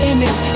Image